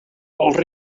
als